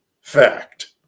fact